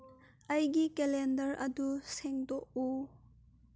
ꯑꯩꯒꯤ ꯀꯦꯂꯦꯟꯗꯔ ꯑꯗꯨ ꯁꯦꯡꯗꯣꯛꯎ